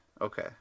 Okay